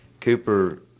Cooper –